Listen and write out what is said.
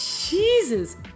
Jesus